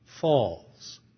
falls